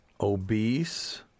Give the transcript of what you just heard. obese